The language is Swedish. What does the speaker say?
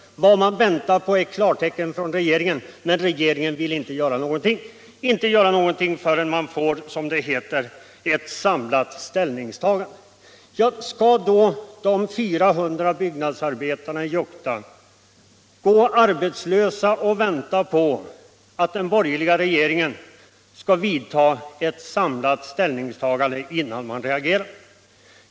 Vad man väntar på är ett klartecken från regeringen. Men regeringen vill inte göra någonting förrän man får ett, som det heter, samlat ställningstagande. Skall då 400 byggnadsarbetare i Juktan gå arbetslösa i väntan på att den borgerliga regeringen skall åstadkomma ett samlat ställningstagande?